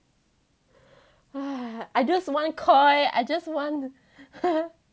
I just want koi I just want